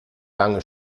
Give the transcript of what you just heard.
lange